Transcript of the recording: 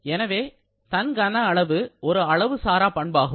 எனவே தன் கன அளவு ஒரு அளவு சாரா பண்பாகும்